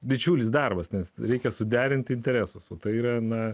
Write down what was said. didžiulis darbas nes reikia suderinti interesus o tai yra na